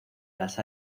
las